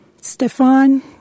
Stefan